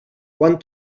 quan